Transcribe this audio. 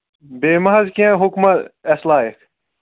بیٚیہِ ما حظ کینٛہہ حُکما اَسہِ لایق